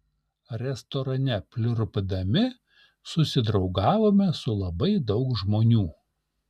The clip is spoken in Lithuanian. restorane pliurpdami susidraugavome su labai daug žmonių